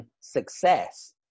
success